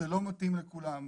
זה לא מתאים לכולם,